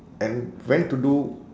and went to do